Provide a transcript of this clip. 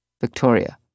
Victoria